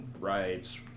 rides